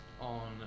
on